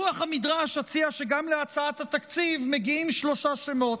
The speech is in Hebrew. ברוח המדרש אציע שגם להצעת התקציב מגיעים שלושה שמות: